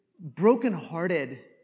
brokenhearted